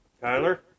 Tyler